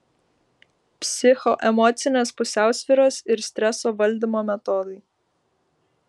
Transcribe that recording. psichoemocinės pusiausvyros ir streso valdymo metodai